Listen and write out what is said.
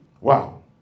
Wow